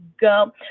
go